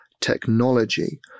technology